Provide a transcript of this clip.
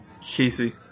Casey